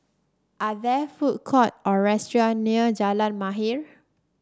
are there food court or restaurant near Jalan Mahir